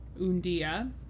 Undia